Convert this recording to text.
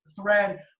thread